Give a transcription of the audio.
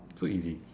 so easy